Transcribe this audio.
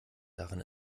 daran